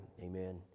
Amen